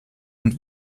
und